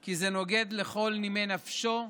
כי זה פוגע בכל נימי נפשו?